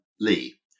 Lee